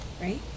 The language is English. Right